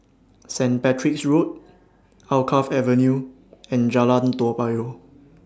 Saint Patrick's Road Alkaff Avenue and Jalan Toa Payoh